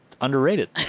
Underrated